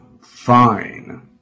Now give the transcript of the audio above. fine